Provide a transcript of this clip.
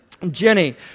Jenny